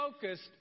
focused